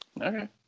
Okay